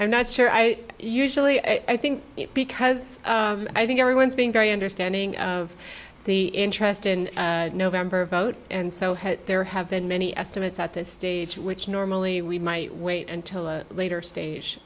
i'm not sure i usually i think because i think everyone's being very understanding of the interest in november vote and so there have been many estimates at this stage which normally we might wait until a later stage